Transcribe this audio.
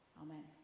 Amen